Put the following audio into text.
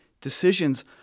decisions